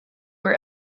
were